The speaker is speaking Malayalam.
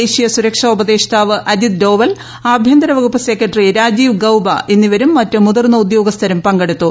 ദേശീയ സ്ഥ്രക്ഷ ഉപദേഷ്ടാവ് അജിത് ഡോവൽ ആഭ്യന്തരവകുപ്പ് സെക്രട്ട്റി രാജീവ് ഗൌബ എന്നിവരും മറ്റ് മുതിർന്ന ഉദ്യോഗസ്ഥരും പങ്കെടുത്തു